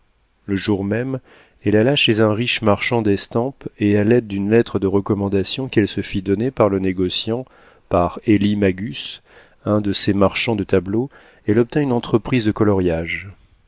le jour même elle alla chez un riche marchand d'estampes et à l'aide d'une lettre de recommandation qu'elle se fit donner pour le négociant par élie magus un de ses marchands de tableaux elle obtint une entreprise de coloriages